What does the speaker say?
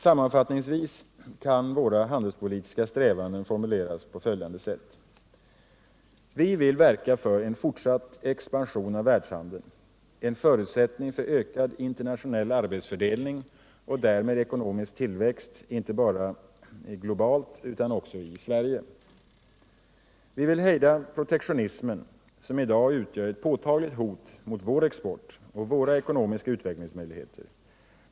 Sammanfattningsvis kan våra handelspolitiska strävanden formuleras på följande sätt. Vi vill verka för en fortsatt expansion av världshandeln — en förutsättning för ökad internationell arbetsfördelning och därmed ekonomisk tillväxt inte bara globalt utan också i Sverige. Vi vill hejda protektionismen, som i dag utgör ett påtagligt hot mot vår export och våra ekonomiska utvecklingsmöjligheter.